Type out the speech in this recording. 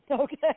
okay